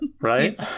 Right